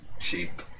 cheap